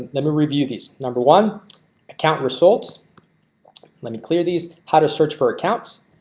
let me review these number one account results let me clear these how to search for accounts.